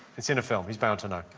it's in a film. he's bound to know.